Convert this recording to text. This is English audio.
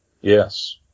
Yes